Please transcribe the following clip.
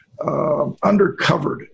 undercovered